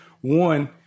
One